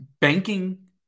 banking